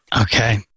Okay